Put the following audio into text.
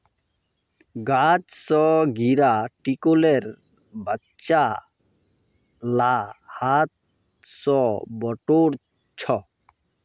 गाछ स गिरा टिकोलेक बच्चा ला हाथ स बटोर छ